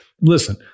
listen